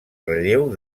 relleu